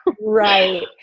right